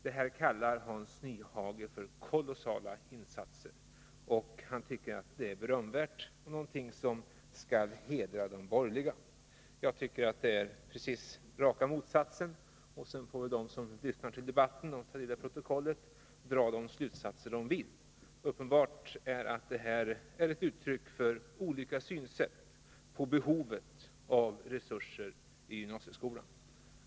Det kallar Hans Nyhage för kolossala insatser. Han tycker att de är berömvärda och hedrar de borgerliga. Jag tycker precis raka motsatsen. Sedan får väl de som lyssnar till debatten och läser protokollen dra de slutsatser de vill. Det är uppenbart att detta är ett uttryck för olika synsätt vad gäller behovet av resurser i gymnasieskolan.